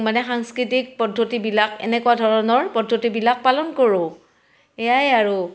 মানে সাংস্কৃতিক পদ্ধতিবিলাক এনেকুৱা ধৰণৰ পদ্ধতিবিলাক পালন কৰোঁ এয়াই আৰু